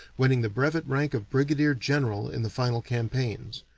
winning the brevet rank of brigadier-general in the final campaigns.